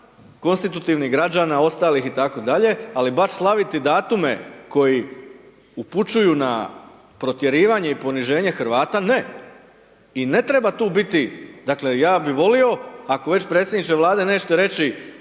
konstitutivnih građana, ostalih i tako dalje, ali bar slaviti datume koji upućuju na protjerivanje i poniženje Hrvata, ne. I ne treba tu biti, dakle, ja bi volio ako već predsjedniče Vlade nećete reći